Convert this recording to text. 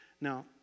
Now